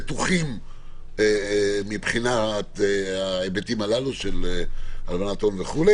בטוחים מבחינת ההיבטים הללו של הלבנת הון, וכו'